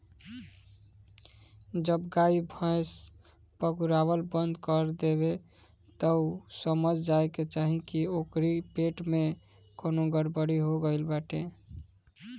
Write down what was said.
जब गाई भैस पगुरावल बंद कर देवे तअ समझ जाए के चाही की ओकरी पेट में कवनो गड़बड़ी हो गईल बाटे